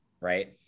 Right